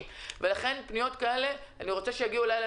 ולכן כולנו